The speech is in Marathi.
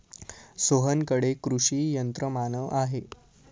सोहनकडे कृषी यंत्रमानव आहे